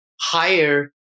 higher